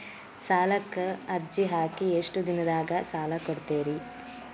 ಸಾಲಕ ಅರ್ಜಿ ಹಾಕಿ ಎಷ್ಟು ದಿನದಾಗ ಸಾಲ ಕೊಡ್ತೇರಿ?